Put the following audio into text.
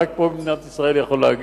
ורק פה במדינת ישראל הוא יכול להגיד.